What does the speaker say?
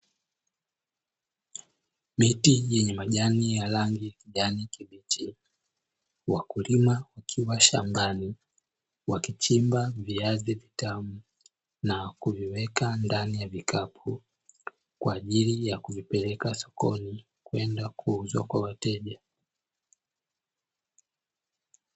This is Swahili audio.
Miti yenye majani ya rangi ya kijani kibichi, wakulima wakiwa shambani, wakichimba viazi vitamu, na kuvieweka ndani ya vikapu, kwa ajili ya kuvipeleka sokoni, kwenda kuuza kwa wateja.